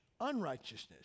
unrighteousness